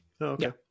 Okay